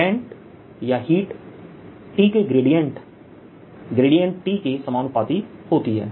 current या heat T के gradient T के समानुपाती होती है